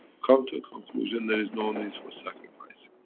come to a conclusion, there is no need for sacrifice.